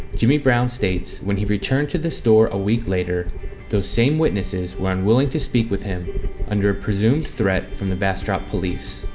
jimmy brown states when he returned to the store a week later those same witnesses were unwilling to speak with him under a presumed threat from the bastrop police.